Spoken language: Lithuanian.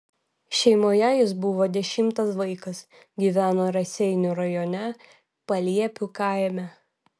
šeimoje jis buvo dešimtas vaikas gyveno raseinių rajone paliepių kaime